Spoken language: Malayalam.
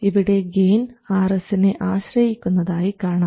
ഇവിടെ ഗെയിൻ Rs നെ ആശ്രയിക്കുന്നതായി കാണാം